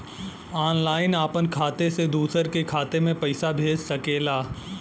online आपन खाते से दूसर के खाते मे पइसा भेज सकेला